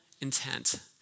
intent